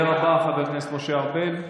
הדובר הבא, חבר הכנסת משה ארבל,